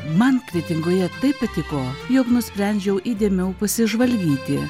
man kretingoje taip patiko jog nusprendžiau įdėmiau pasižvalgyti